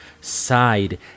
side